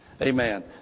Amen